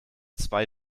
zwei